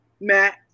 Matt